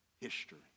history